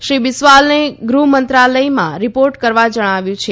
શ્રી બીસ્વાલને ગૃહમંત્રાલયમાં રિપોર્ટ કરવા જણાવ્યું છે